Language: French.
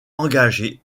engagé